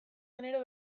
genero